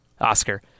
Oscar